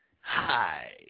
hi